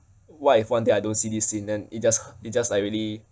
what if one day I don't see this scene then it just it just I really